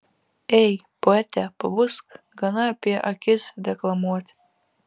ei poete pabusk gana apie akis deklamuoti